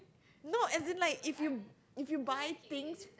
no as in like if you if you buy things